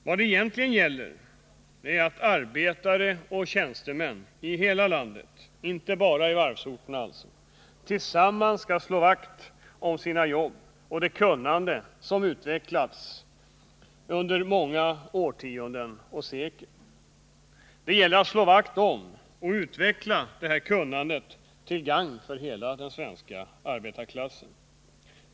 Vad det egentligen gäller är att arbetare och tjänstemän i hela landet, inte bara på varvsorterna alltså, tillsammans skall slå vakt om sina jobb och det kunnande som utvecklats under många årtionden och sekler. Det gäller att slå vakt om och utveckla detta kunnande till gagn för hela den svenska arbetarklassen.